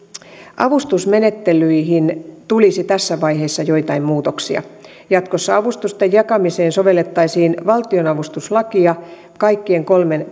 avustusmenettelyihin tulisi tässä vaiheessa joitain muutoksia jatkossa avustusten jakamiseen sovellettaisiin valtionavustuslakia kaikkien kolmen